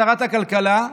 שרת הכלכלה.